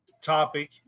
topic